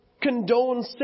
condone